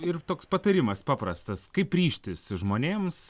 ir toks patarimas paprastas kaip ryžtis žmonėms